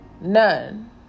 None